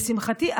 לשמחתי,